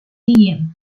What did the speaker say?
ijiem